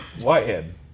Whitehead